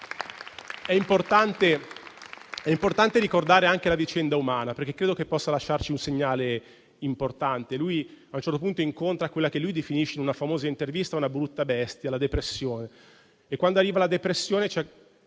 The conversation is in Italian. È importante ricordare anche la vicenda umana di Francesco Nuti, perché credo che possa lasciarci un segnale importante. Egli a un certo punto incontra quella che definisce, in una famosa intervista, una brutta bestia: la depressione. Quando arriva la depressione,